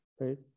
right